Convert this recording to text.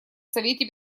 совете